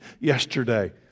yesterday